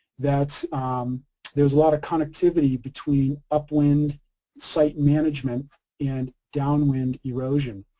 that there's a lot of connectivity between up-wind site management and down-wind erosion.